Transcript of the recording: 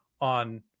on